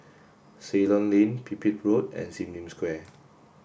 Ceylon Lane Pipit Road and Sim Lim Square